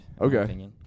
Okay